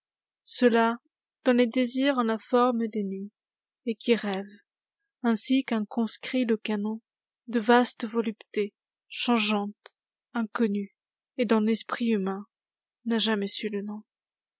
dont les désirs ont la forme des nues kt qui rêvent ainsi qu'un conscrit le canon de vastes voluptés changeantes inconnues et dont l'esprit humain n'a jamais su le nom